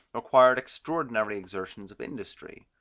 required extraordinary exertions of industry.